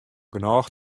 genôch